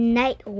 night